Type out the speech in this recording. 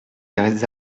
les